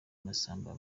masamba